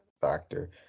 factor